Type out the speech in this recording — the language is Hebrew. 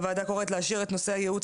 הוועדה קוראת להשאיר את נושא הייעוץ